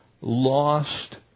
lost